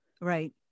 Right